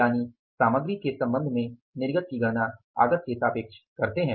यानि सामग्री के सन्दर्भ में निर्गत की गणना आगत के सापेक्ष करते है